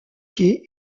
quai